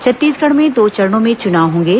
छत्तीसगढ़ में दो चरणों में चुनाव होंगे